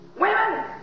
Women